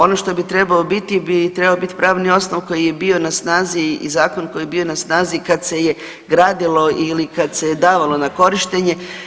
Ono što bi trebao biti bi trebao biti pravni osnov koji je bio na snazi i zakon koji je bio na snazi kad se je gradilo ili kad se je davalo na korištenje.